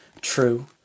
true